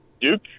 Duke